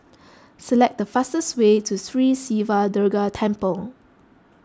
select the fastest way to Sri Siva Durga Temple